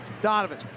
Donovan